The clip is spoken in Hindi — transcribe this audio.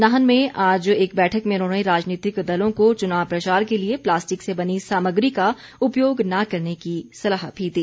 नाहन में आज एक बैठक में उन्होंने राजनीतिक दलों को चूनाव प्रचार के लिए प्लास्टिक से बनी सामग्री का उपयोग न करने की सलाह भी दी